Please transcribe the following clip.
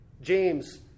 James